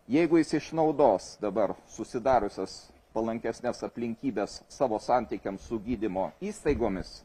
jeigu jis išnaudos dabar susidariusias palankesnes aplinkybes savo santykiams su gydymo įstaigomis